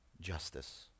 justice